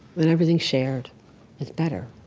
and everything shared is better